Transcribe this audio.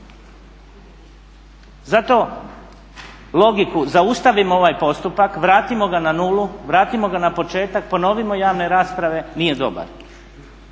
Zato logiku, zaustavimo ovaj postupak, vratimo ga na nulu, vratimo ga na početak, ponovimo javne rasprave, nije dobar.